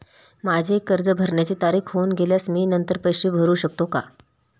माझे कर्ज भरण्याची तारीख होऊन गेल्यास मी नंतर पैसे भरू शकतो का?